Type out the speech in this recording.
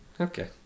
okay